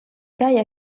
taille